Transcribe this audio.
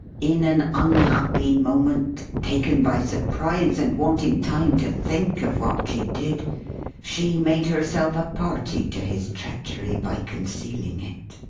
in an unhappy moment taken by surprise, and wanting time to think of what she did she made herself a party to his treachery, by concealing it.